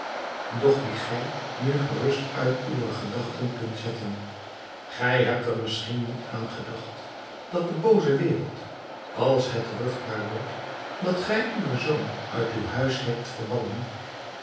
doch die gij nu gerust uit uwe gedachten kunt zetten gij hebt er misschien niet aan gedacht dat de booze wereld als het ruchtbaar wordt dat gij uwen zoon uit uw huis hebt verbannen